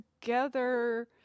together